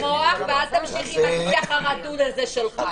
אל תבלבל לי את המוח ואל תמשיך עם השיח הרדוד הזה שלך.